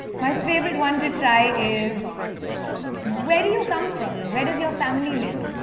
my favorite one to try is where do you come from? and where does your family live?